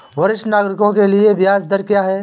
वरिष्ठ नागरिकों के लिए ब्याज दर क्या हैं?